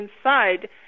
inside